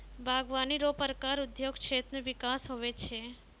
बागवानी रो प्रकार उद्योग क्षेत्र मे बिकास हुवै छै